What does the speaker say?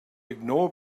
ignore